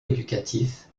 éducatif